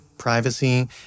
privacy